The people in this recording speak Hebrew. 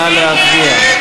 נא להצביע.